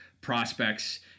prospects